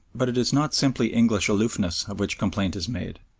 but it is not simply english aloofness of which complaint is made,